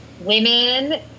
women